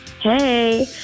hey